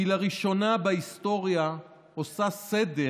והיא לראשונה בהיסטוריה עושה סדר,